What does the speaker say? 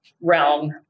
Realm